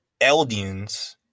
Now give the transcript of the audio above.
Eldians